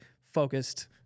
focused